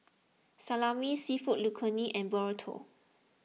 Salami Seafood Linguine and Burrito